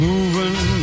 Moving